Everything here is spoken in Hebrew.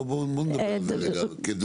בואו נדבר על זה, כדוגמה.